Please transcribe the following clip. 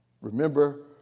Remember